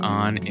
on